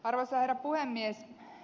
arvoisa herra puhemies